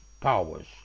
powers